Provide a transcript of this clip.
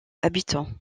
habitants